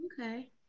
okay